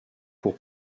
pour